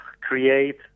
create